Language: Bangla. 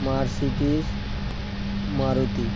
মার্সিডিস মারুতি